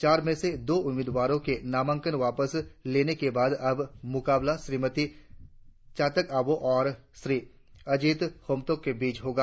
चार में से दो उम्मीदवारों के नामांकन वापस लेने के बाद अब मुकाबला श्रीमती चाकत आबोह और श्री अजित होमटोक के बीच होगा